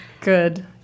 good